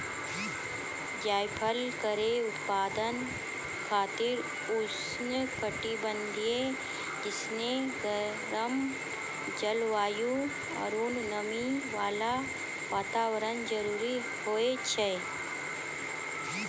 जायफल केरो उत्पादन खातिर उष्ण कटिबंधीय जैसनो गरम जलवायु आरु नमी वाला वातावरण जरूरी होय छै